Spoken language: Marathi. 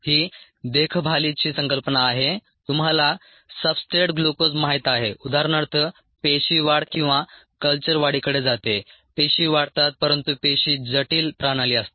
ही देखभालीची संकल्पना आहे तुम्हाला सब्सट्रेट ग्लुकोज माहित आहे उदाहरणार्थ पेशी वाढ किंवा कल्चर वाढीकडे जाते पेशी वाढतात परंतु पेशी जटिल प्रणाली असतात